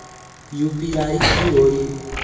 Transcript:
UPI की होई?